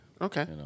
Okay